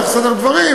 צריך לסדר דברים,